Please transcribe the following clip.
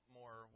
more